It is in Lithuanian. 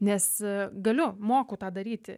nes galiu moku tą daryti